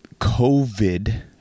COVID